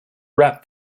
wrap